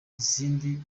izindi